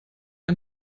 ein